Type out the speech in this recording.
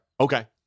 Okay